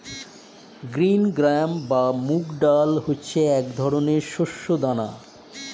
green gram বা মুগ ডাল হচ্ছে এক ধরনের শস্য দানা